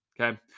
Okay